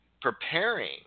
preparing